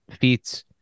feats